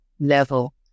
level